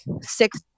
six